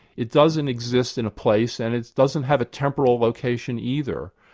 it doesn't exist in a place and it doesn't have a temporal location either.